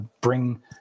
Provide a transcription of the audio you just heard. bring